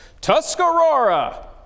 Tuscarora